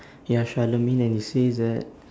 ya sharlemin and he says that